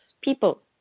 people